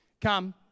come